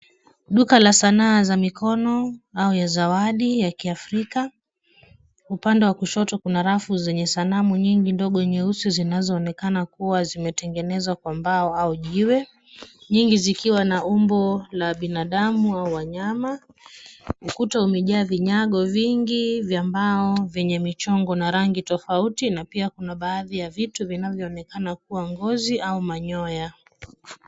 Duka la sanaa za mikono au zawadi za kiafrika, upande wa kushoto kuna rafu za sanamu nyingi ndogo nyeusi zinazoonekana kuwa zimetengenezwa kwa mbao au jiwe, nyingi zikiwa na umbo la binadamu au wanyama. Ukuta umejaa vinyago vingi vya mbao vyenye michongo na rangi tofauti na pia kuna baadhi ya vitu vinavyoonekana kuwa ngozi au manyoya.